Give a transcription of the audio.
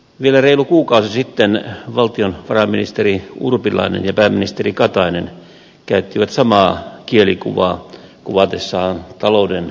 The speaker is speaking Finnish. vielä reilu kuukausi sitten valtiovarainministeri urpilainen ja pääministeri katainen käyttivät samaa kielikuvaa kuvatessaan talouden epävarmuutta